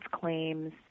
claims